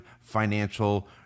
financial